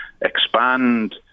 expand